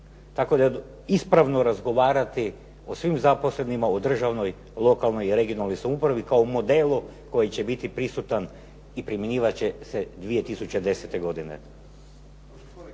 tako da je ispravno razgovarati o svim zaposlenima u državnoj, lokalnoj i regionalnoj samoupravi kao modelu koji će biti prisutan i primjenjivat će se 2010. godine.